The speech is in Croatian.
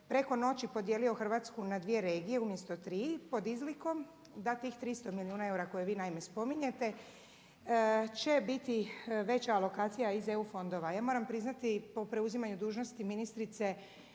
preko noći podijelio Hrvatsku na dvije regije umjesto na tri pod izlikom da tih 300 milijuna eura koje vi naime spominjete će biti veća alokacija iz EU fondova. Ja moram priznati po preuzimanju dužnosti ministrice